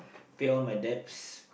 pay off my debts